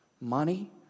money